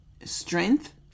strength